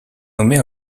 nommée